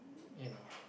you know